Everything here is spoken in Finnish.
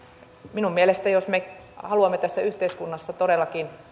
minun mielestäni jos me haluamme tässä yhteiskunnassa todellakin